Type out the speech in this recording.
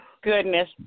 goodness